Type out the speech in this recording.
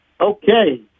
Okay